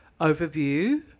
overview